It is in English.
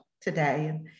today